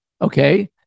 Okay